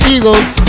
Eagles